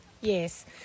Yes